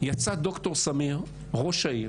יצא ד"ר סמיר, ראש העיר